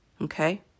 okay